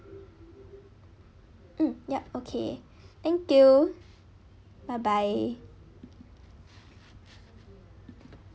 mm yup okay thank you bye bye